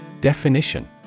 Definition